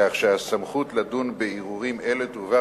כך שהסמכות לדון בערעורים אלו תועבר